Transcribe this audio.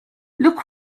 look